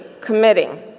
committing